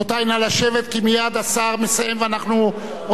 כי מייד השר מסיים ואנחנו עוברים להצבעות,